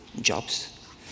jobs